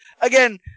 again